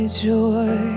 joy